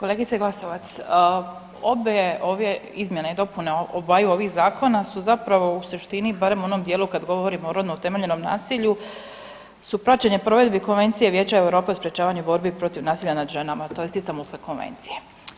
Kolegice Glasovac, obje ove izmjene i dopune obaju ovih zakona su zapravo u suštini, barem u onom dijelu kad govorimo o rodno utemeljenom nasilju, su praćenje provedbi Konvencije Vijeća Europe o sprječavanju borbi protiv nasilja nad ženama tj. Istambulske konvencije.